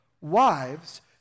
Wives